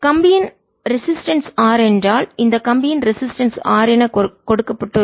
கம்பியின் ரெசிஸ்டன்ஸ் எதிர்ப்பு R என்றால் இந்த கம்பியின் ரெசிஸ்டன்ஸ் எதிர்ப்பு R என கொடுக்கப்படுகிறது